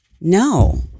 no